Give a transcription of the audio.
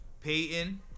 Peyton